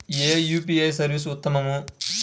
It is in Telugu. ఏ యూ.పీ.ఐ సర్వీస్ ఉత్తమము?